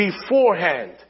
beforehand